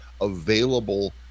Available